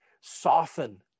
soften